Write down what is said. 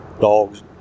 dogs